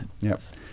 yes